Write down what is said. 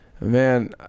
man